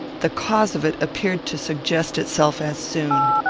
the cause of it appeared to suggest itself as soon.